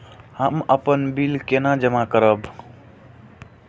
हम अपन बिल केना जमा करब?